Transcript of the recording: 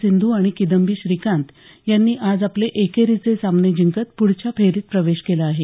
सिंधू आणि किदंबी श्रीकांत यांनी आज आपले एकेरीचे सामने जिंकत प्रढच्या फेरीत प्रवेश केला आहे